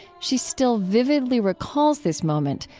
she still vividly recalls this moment,